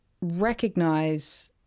recognize